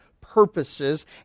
purposes